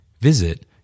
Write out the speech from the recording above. Visit